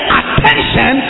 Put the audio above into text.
attention